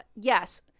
yes